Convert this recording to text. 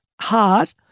hard